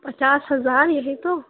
پچاس ہزار یہی تو